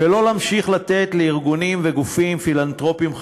ולא להמשיך לתת לארגונים וגופים פילנתרופיים,